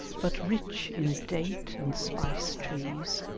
but rich in date and spice trees,